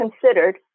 considered